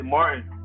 Martin